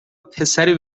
پسری